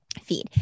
feed